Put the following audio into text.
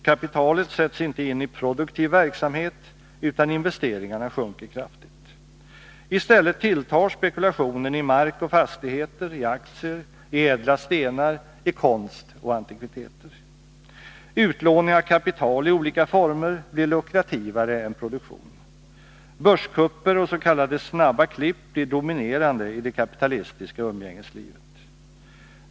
Kapitalet sätts inte in i produktiv verksamhet, utan investeringarna sjunker kraftigt. I stället tilltar spekulationen i mark och fastigheter, i aktier, i ädla stenar, i konst och antikviteter. Utlåning av kapital i olika former blir lukrativare än produktion. Börskupper och s.k. snabba klipp blir dominerande i det kapitalistiska umgängeslivet.